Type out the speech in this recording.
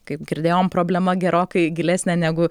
kaip girdėjom problema gerokai gilesnė negu